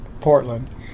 Portland